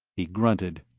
he grunted.